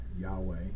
Yahweh